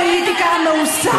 יש לכם, די עם הפוליטיקה המאוסה.